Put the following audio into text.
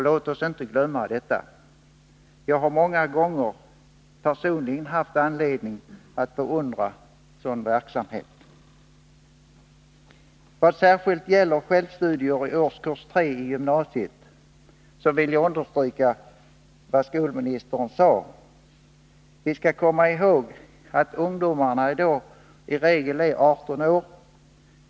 Låt oss inte glömma detta. Jag har många gånger personligen haft anledning att beundra sådan verksamhet. Vad särskilt gäller självstudier i årskurs 3 i gymnasiet vill jag understryka vad skolministern sade. Vi skall komma ihåg att ungdomarna då i regel är 18 år.